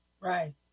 Right